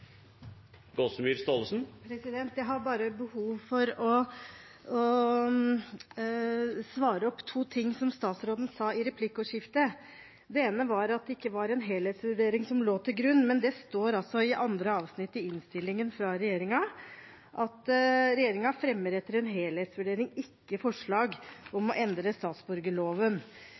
statsråden sa i replikkordskiftet. Det ene var at det ikke var en helhetsvurdering som lå til grunn. Det står altså i andre avsnitt i proposisjonen fra regjeringen at regjeringen «fremmer etter en helhetsvurdering ikke forslag om å endre statsborgerloven».